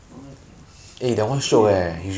ah 太贵了